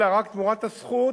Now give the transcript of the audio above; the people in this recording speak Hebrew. אלא רק תמורת הזכות,